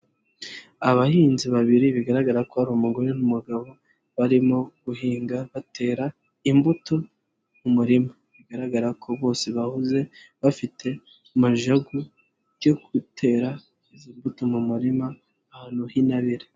Abahinzi babiri bigaragara ko ari umugore n'umugabo barimo guhinga batera imbuto mu murima, bigaragara ko bose bahuze bafite majagu yo gutera izo mbuto mu murima ahantu h'intabire.